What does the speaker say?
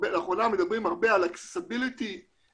לאחרונה מדברים הרבה על accessibility and